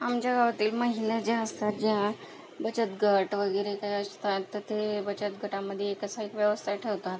आमच्या गावातील महिला ज्या असतात ज्या बचत गट वगैरे काही असतात तर ते बचत गटामध्ये कसं एक व्यवस्था ठेवतात